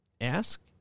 ask